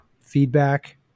feedback